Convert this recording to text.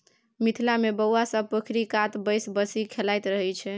मिथिला मे बौआ सब पोखरि कात बैसि बंसी खेलाइत रहय छै